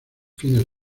fines